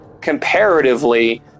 comparatively